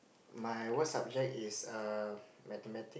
my worst subject is err mathematics